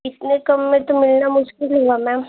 इतने कम में तो मिलना मुश्किल होगा मैम